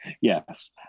Yes